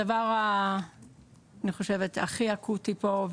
הדבר הכי אקוטי פה,